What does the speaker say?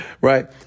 Right